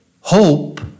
hope